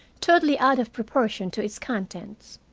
totally out of proportion to its contents.